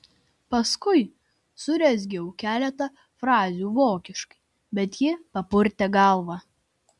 paskui surezgiau keletą frazių vokiškai bet ji papurtė galvą